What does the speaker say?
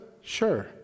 Sure